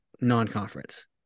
non-conference